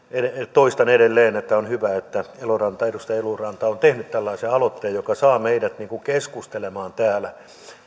toistan edelleen että on hyvä että edustaja eloranta on tehnyt tällaisen aloitteen joka saa meidät keskustelemaan täällä